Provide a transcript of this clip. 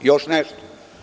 Još nešto.